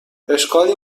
اشکالی